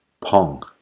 Pong